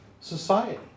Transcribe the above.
society